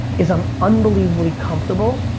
is i'm unbelievable comfortable,